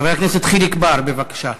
חבר הכנסת חיליק בר, בבקשה.